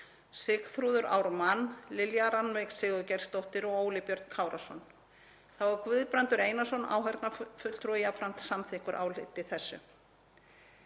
Sigþrúður Ármann, Lilja Rannveig Sigurgeirsdóttir og Óli Björn Kárason. Þá er Guðbrandur Einarsson áheyrnarfulltrúi jafnframt samþykkur áliti þessu.